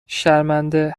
شرمنده